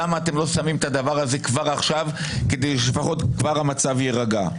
למה אתם לא שמים את הדבר הזה כבר עכשיו כדי שלפחות כבר המצב יירגע?